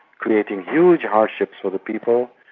creating huge hardships for the people.